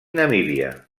namíbia